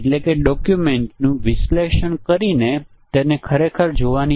આ માટે જરૂરી પરીક્ષણના કેસોની સંખ્યા 210 અથવા 1024 છે